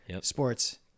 sports